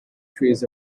trees